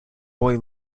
boy